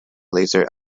laser